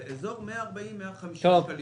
בדיקת קורונה לטסים לחו"ל